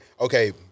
okay